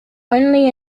only